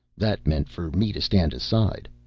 that meant for me to stand aside.